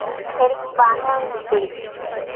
health బాగానే ఉంది ఇప్పుడు